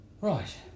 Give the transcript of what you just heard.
right